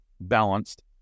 balanced